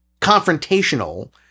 confrontational